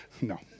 No